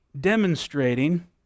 demonstrating